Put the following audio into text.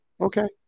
Okay